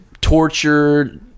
tortured